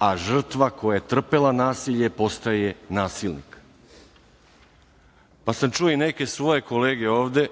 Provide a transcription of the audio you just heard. a žrtva koja je trpela nasilje postaje nasilnik. Čuo sam i neke svoje kolege ovde